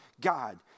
God